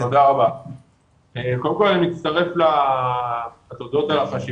אני מצטרף לכל מה שאמרו חבריי לעובדה שהתקציב נעצר,